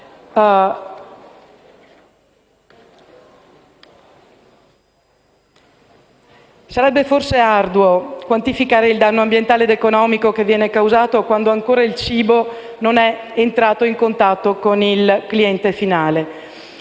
Sarebbe forse arduo quantificare il danno ambientale ed economico che viene causato quando ancora il cibo non è entrato in contatto col cliente finale.